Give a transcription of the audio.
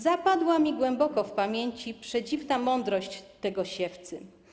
Zapadła mi głęboko w pamięci przedziwna mądrość tego siewcy.